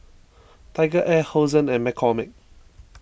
TigerAir Hosen and McCormick